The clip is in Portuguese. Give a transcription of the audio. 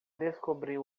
descobrir